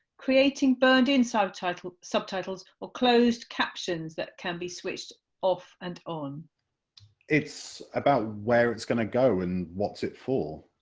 creating burned-in subtitles subtitles or closed captions that can be switched off and on? craig it's about where it's going to go and what's it for.